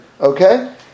okay